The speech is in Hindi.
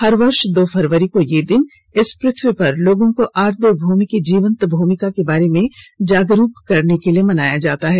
हर वर्ष दो फरवरी को यह दिन इस पृथ्वी पर लोगों को आर्द्र भूमि की जीवंत भूमिका के बारे में जागरूक करने के लिए मनाया जाता है